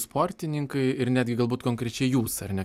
sportininkai ir netgi galbūt konkrečiai jūs ar ne